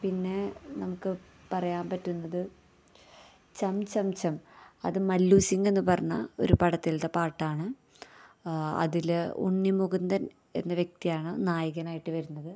പിന്നെ നമുക്ക് പറയാൻ പറ്റുന്നത് ചം ചം ചം അത് മല്ലൂസിങ്ങെന്ന് പറഞ്ഞ ഒരു പടത്തിലത്തെ പാട്ടാണ് അതിൽ ഉണ്ണിമുകുന്ദന് എന്ന വ്യക്തിയാണ് നായകനായിട്ട് വരുന്നത്